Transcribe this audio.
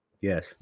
Yes